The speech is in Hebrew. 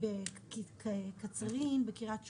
בין היתר בקצרין, בקריית שמונה,